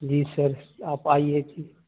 جی sir آپ آئیے